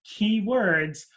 keywords